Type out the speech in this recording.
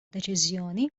deċiżjoni